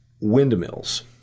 windmills